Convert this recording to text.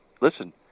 listen